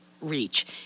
reach